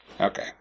okay